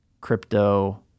crypto